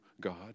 God